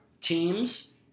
teams